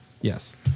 Yes